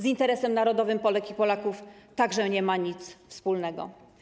Z interesem narodowym Polek i Polaków także nie ma nic wspólnego.